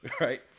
Right